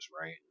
right